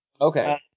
Okay